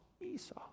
Esau